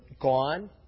gone